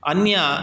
अन्या